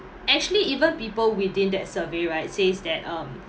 actually even people within that survey right says that um